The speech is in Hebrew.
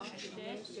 נתקבלה.